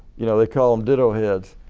you know they call him diddo heads.